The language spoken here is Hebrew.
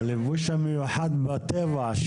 הלבוש המיוחד בטבע,